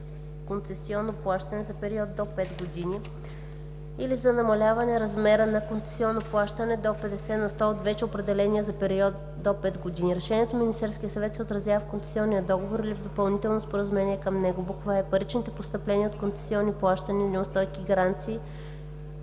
концесионно плащане за период до 5 години, или за намаляване размера на концесионното плащане до 50 на сто от вече определения за период до 5 години. Решението на Министерския съвет се отразява в концесионния договор или в допълнително споразумение към него. е) Паричните постъпления от концесионни плащания, неустойки, гаранции